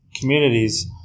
communities